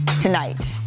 tonight